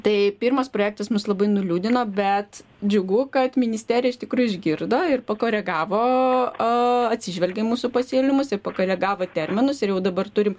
tai pirmas projektas mus labai nuliūdino bet džiugu kad ministerija iš tikrųjų išgirdo ir pakoregavo atsižvelgė į mūsų pasiūlymus ir pakoregavo terminus ir jau dabar turim